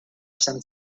some